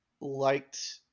liked